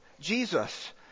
Jesus